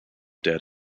dead